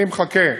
אני מחכה,